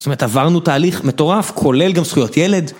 זאת אומרת עברנו תהליך מטורף, כולל גם זכויות ילד.